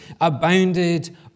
abounded